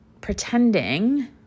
pretending